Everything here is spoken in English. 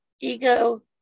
Ego